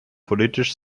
politisch